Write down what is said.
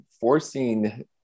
forcing